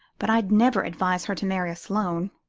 but i'd never advise her to marry a sloane.